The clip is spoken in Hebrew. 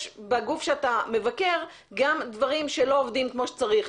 בגוף שאתה מבקר גם דברים שלא עובדים כמו שצריך,